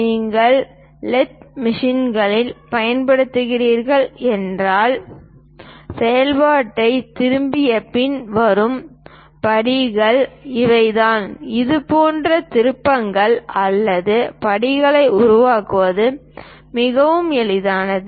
நீங்கள் லேத் மெஷின்களைப் பயன்படுத்துகிறீர்கள் என்றால் செயல்பாட்டைத் திருப்பிய பின் வரும் படிகள் இவைதான் இதுபோன்ற திருப்பங்கள் அல்லது படிகளை உருவாக்குவது மிகவும் எளிதானது